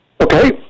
okay